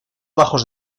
bajos